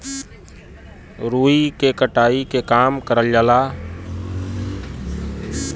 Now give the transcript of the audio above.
रुई के कटाई के काम करल जाला